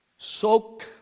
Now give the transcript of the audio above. Soak